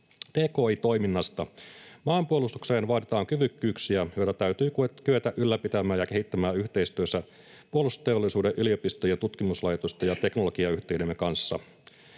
Tki-toiminnasta: Maanpuolustukseen vaaditaan kyvykkyyksiä, joita täytyy kyetä ylläpitämään ja kehittämään yhteistyössä puolustusteollisuuden, yliopistojen ja tutkimuslaitosten ja teknologiayhtiöidemme kanssa.